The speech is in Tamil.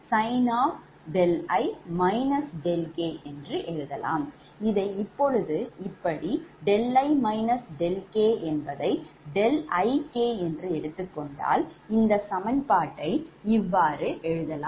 இதை இப்பொழுது இப்படி i k ik என்று எடுத்துக் கொண்டால் இந்த சமன்பாட்டை இவ்வாறு எழுதலாம்